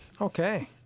Okay